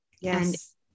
Yes